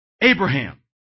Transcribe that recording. Abraham